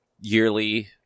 yearly